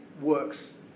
works